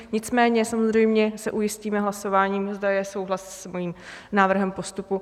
Nicméně samozřejmě se ujistíme hlasováním, zda je souhlas s mým návrhem postupu.